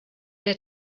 der